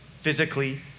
physically